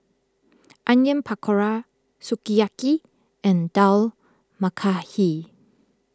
Onion Pakora Sukiyaki and Dal Makhani